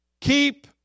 keep